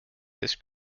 this